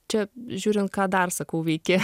čia žiūrint ką dar sakau veiki